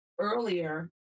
earlier